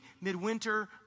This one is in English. midwinter